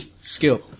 skill